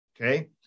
Okay